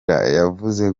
yavuze